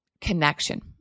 connection